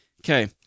Okay